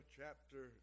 chapter